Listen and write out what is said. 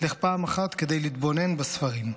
לך פעם אחת כדי להתבונן בספרים.